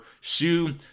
shoe